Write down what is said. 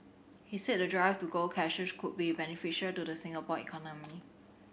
he said the drive to go cashless could be beneficial to the Singapore economy